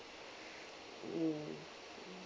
mm